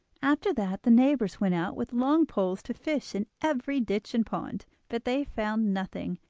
after that the neighbours went out with long poles to fish in every ditch and pond, but they found nothing,